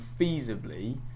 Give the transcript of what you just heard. feasibly